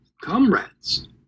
comrades